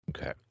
Okay